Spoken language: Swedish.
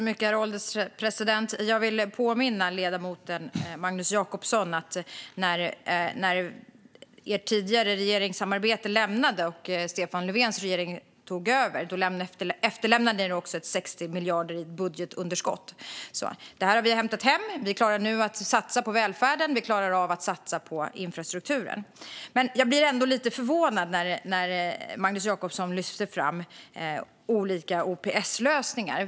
Herr ålderspresident! Jag vill påminna ledamoten Magnus Jacobsson om följande: När Stefan Löfvens regering efterträdde den förra regeringen, där Kristdemokraterna ingick, övertog man ett budgetunderskott på 60 miljarder. Det har vi hämtat hem. Vi klarar nu att satsa på välfärden, och vi klarar att satsa på infrastrukturen. Jag blir ändå lite förvånad när Magnus Jacobsson lyfter fram olika OPS-lösningar.